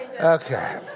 Okay